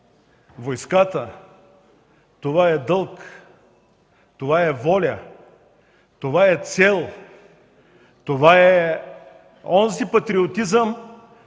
войската – това е дълг, това е воля, това е цел, това е онзи патриотизъм,